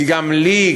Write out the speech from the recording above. כי גם לי,